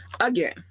again